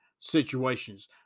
situations